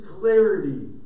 clarity